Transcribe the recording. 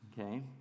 okay